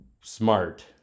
smart